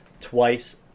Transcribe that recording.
twice